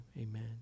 amen